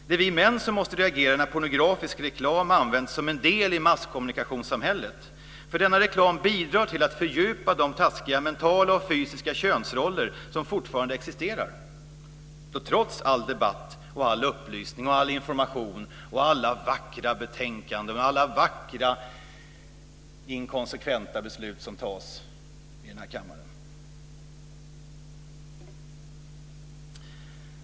Det är vi män som måste reagera när pornografiska reklam används som en del i masskommunikationssamhället, för denna reklam bidrar till att fördjupa de taskiga, mentala och fysiska könsroller som fortfarande existerar, trots all debatt, all upplysning, all information och alla vackra betänkanden, alla vackra inkonsekventa beslut som fattas i denna kammare.